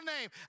name